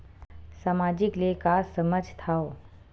सामाजिक ले का समझ थाव?